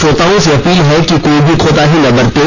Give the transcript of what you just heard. श्रोताओं से अपील है कि कोई भी कोताही न बरतें